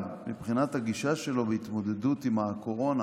מבחינת הגישה שלו והתמודדות עם הקורונה,